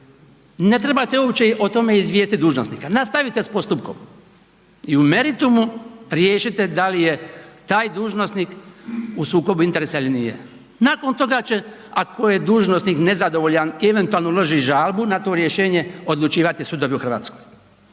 ne treba uopće o tome izvijestiti dužnosnika, nastavite s postupkom i u meritumu riješite da li je taj dužnosnik u sukobu interesa ili nije. Nakon toga će ako je dužnosnik nezadovoljan i eventualno uloži žalbu na to rješenje odlučivati sudovi u Hrvatskoj.